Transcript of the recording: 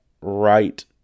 right